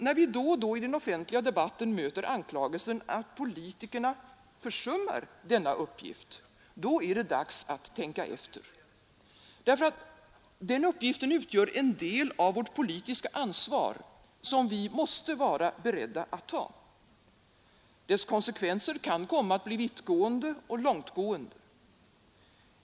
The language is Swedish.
När vi då och då i den offentliga debatten möter anklagelsen att politikerna försummar denna uppgift, då är det dags att tänka efter, därför att den uppgiften utgör en del av vårt politiska ansvar, som vi måste vara beredda att ta. Dess konsekvenser kan komma att bli vittgående och långtgående.